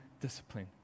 discipline